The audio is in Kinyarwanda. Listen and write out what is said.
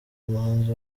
umuhanzi